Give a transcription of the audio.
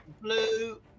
blue